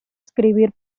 escribir